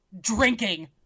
Drinking